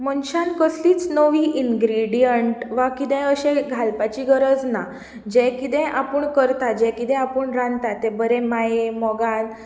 मनशान कसलीच नवी इंग्रेडियन्ट वा कितें अशें घालपाची गरज ना जें कितें आपूण करता जें कितें आपूण रांदता तें बरें माये मोगान